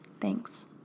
Thanks